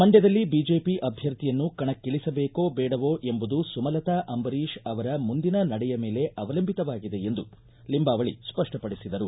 ಮಂಡ್ವದಲ್ಲಿ BJP ಅಧ್ಯರ್ಥಿಯನ್ನು ಕಣಕ್ಕಿಳಿಸಬೇಕೊ ಬೇಡವೊ ಎಂಬುದು ಸುಮಲತಾ ಅಂಬರೀಶ್ ಅವರ ಮುಂದಿನ ನಡೆಯ ಮೇಲೆ ಅವಲಂಬಿತವಾಗಿದೆ ಎಂದು ಲಿಂಬಾವಳಿ ಸ್ವಪ್ಟ ಪಡಿಸಿದರು